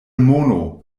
mono